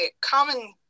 common